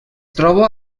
troba